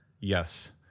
Yes